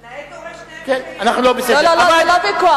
נאה דורש, נאה מקיים.